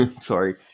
Sorry